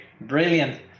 brilliant